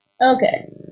Okay